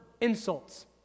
insults